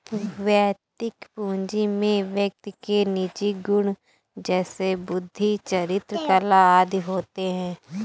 वैयक्तिक पूंजी में व्यक्ति के निजी गुण जैसे बुद्धि, चरित्र, कला आदि होते हैं